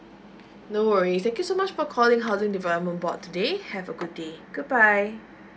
no worries thank you so much for calling housing development board today have a good day goodbye